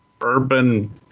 urban